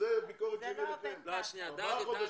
אתם עושים טופס,